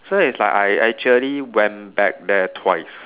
so it's like I actually went back there twice